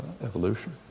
evolution